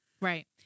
Right